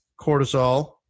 cortisol